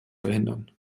verhindern